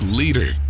leader